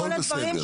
הכל בסדר.